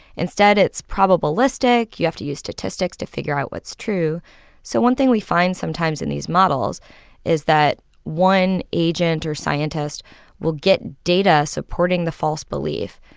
instead, it's probabilistic. you have to use statistics to figure out what's true so one thing we find sometimes in these models is that one agent or scientist will get data supporting the false belief,